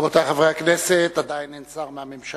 רבותי חברי הכנסת, עדיין אין שר מהממשלה,